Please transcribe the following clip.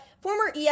former